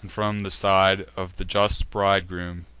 and, from the side of the just bridegroom,